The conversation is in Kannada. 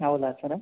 ಹೌದಾ ಸರ್